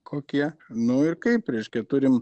kokie nu ir kaip reiškia turim